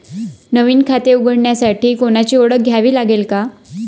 नवीन खाते उघडण्यासाठी कोणाची ओळख द्यावी लागेल का?